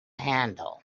handle